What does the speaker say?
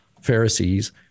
Pharisees